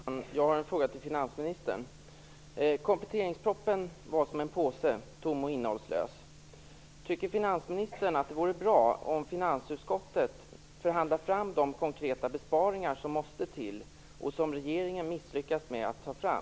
Herr talman! Jag har en fråga till finansministern. Kompletteringspropositionen var som en påse, tom och innehållslös. Tycker finansministern att det vore bra om finansutskottet förhandlade fram de konkreta besparingar som måste till och som regeringen misslyckats med att ta fram?